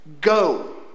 go